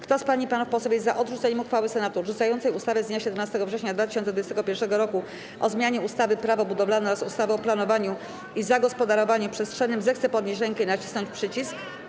Kto z pań i panów posłów jest za odrzuceniem uchwały Senatu odrzucającej ustawę z dnia 17 września 2021 r. o zmianie ustawy - Prawo budowlane oraz ustawy o planowaniu i zagospodarowaniu przestrzennym, zechce podnieść rękę i nacisnąć przycisk.